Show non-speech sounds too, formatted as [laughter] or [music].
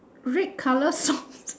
red colour socks [laughs]